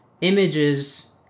images